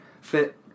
Fit